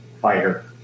fighter